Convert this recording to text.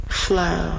flow